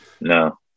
No